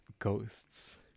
ghosts